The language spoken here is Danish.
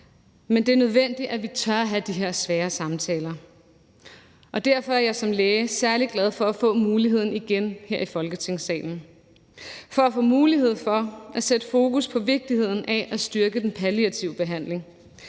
men det er nødvendigt, at vi tør have de her svære samtaler. Derfor er jeg som læge særlig glad for at få muligheden for igen her i Folketingssalen at sætte fokus på vigtigheden af at styrke den palliative behandling,